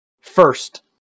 first